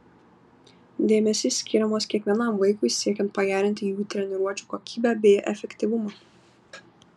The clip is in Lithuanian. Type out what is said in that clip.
dėmesys skiriamas kiekvienam vaikui siekiant pagerinti jų treniruočių kokybę bei efektyvumą